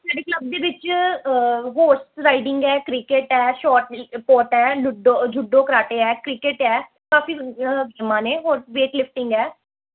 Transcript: ਸਾਡੇ ਕਲੱਬ ਦੇ ਵਿੱਚ ਹੋਰਸ ਰਾਈਡਿੰਗ ਹੈ ਕ੍ਰਿਕਟ ਹੈ ਸ਼ੋਟ ਪੋਟ ਹੈ ਲੁਡੋ ਜੁਡੋ ਕਰਾਟੇ ਹੈ ਕ੍ਰਿਕਟ ਹੈ ਕਾਫੀ ਗੇਮਾਂ ਨੇ ਹੋਰ ਵੇਟ ਲਿਫਟਿੰਗ ਹੈ